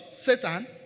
Satan